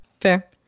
Fair